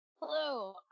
Hello